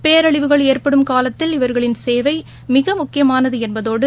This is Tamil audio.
பேரழிவுகள் ஏற்படும் காலத்தில் இவர்களின் சேவை மிக முக்கியமானது என்பதோடு